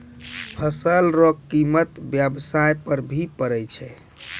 फसल रो कीमत व्याबसाय पर भी पड़ै छै